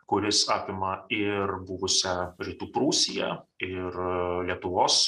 kuris apima ir buvusią rytų prūsiją ir lietuvos